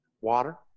Water